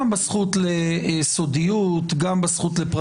גם בזכות לסודיות, גם בזכות לפרטיות.